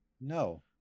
No